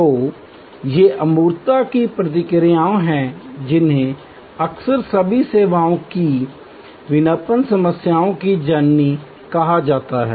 तो ये अमूर्तता की प्रतिक्रियाएं हैं जिन्हें अक्सर सभी सेवाओं की विपणन समस्याओं की जननी कहा जाता है